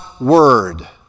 Word